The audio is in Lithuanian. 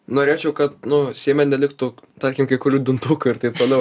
norėčiau kad nu seime neliktų tarkim kai kurių dundukų ir taip toliau